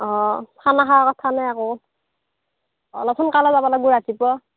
অ' খানা খোৱাৰ কথা ন আকৌ অলপ সোনকালে যাব লাগিব ৰাতিপুৱা